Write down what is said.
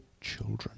children